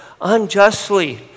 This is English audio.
unjustly